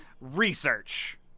research